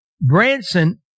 Branson